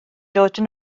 george